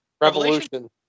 Revolution